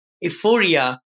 euphoria